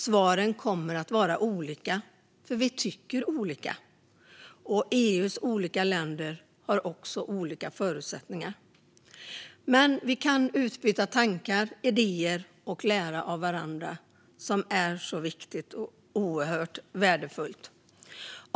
Svaren kommer att vara olika, för vi tycker olika. EU:s olika länder har också olika förutsättningar. Men vi kan utbyta tankar och idéer och lära av varandra, vilket är så viktigt och oerhört värdefullt.